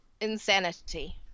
insanity